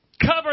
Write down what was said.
Cover